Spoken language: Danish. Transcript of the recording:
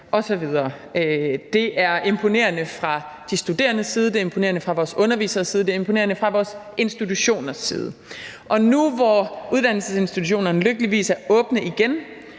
det er imponerende fra vores underviseres side, og det er imponerende fra vores institutioners side. Og nu, hvor uddannelsesinstitutionerne lykkeligvis er åbnet igen,